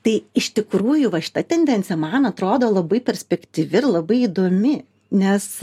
tai iš tikrųjų va šita tendencija man atrodo labai perspektyvi ir labai įdomi nes